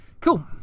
Cool